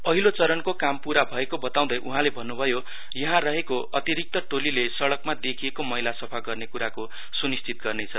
पहिलो चरणको काम पूरा भएको बताउँदै उहाँले भन्नुभयो यहाँ रहेको अतिरिक्त टोलीले सड़कमा देखिएको मैला सफा गर्ने कुराको सुनिश्चित गर्नेछ